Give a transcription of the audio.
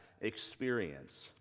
experience